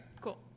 cool